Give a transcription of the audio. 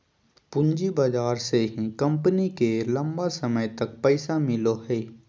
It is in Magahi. पूँजी बाजार से ही कम्पनी के लम्बा समय तक पैसा मिलो हइ